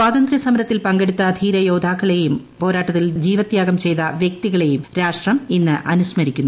സ്വാതന്ത്യ സമരത്തിൽ പങ്കെടുത്ത ധീര യോദ്ധാക്കളെയും പോരാട്ടത്തിൽ ജീവത്യാഗം ചെയ്ത വൃക്തികളെയും രാഷ്ട്രം ഇന്ന് അനുസ്മരിക്കുന്നു